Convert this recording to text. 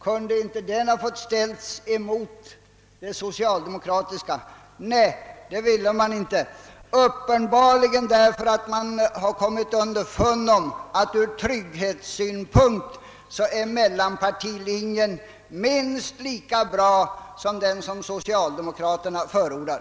Kunde inte den ha fått ställas mot det socialdemokratiska förslaget? Det ville man inte — uppenbarligen därför att man kommit underfund med att mellanpartilinjen ur trygghetssynpunkt är minst lika bra som den linje socialdemokraterna förordar.